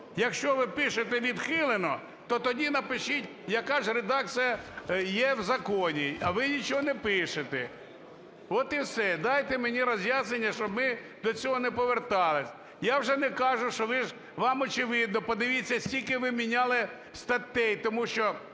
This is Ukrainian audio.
Якщо ви пишете "відхилено", то тоді напишіть, яка ж редакція є в законі, а ви нічого не пишете. От і все. Дайте мені роз’яснення, щоб ми до цього не повертались. Я вже не кажу, що ви ж, вам очевидно, подивіться скільки ви міняли статей, тому що